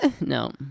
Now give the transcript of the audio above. No